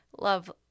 love